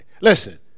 Listen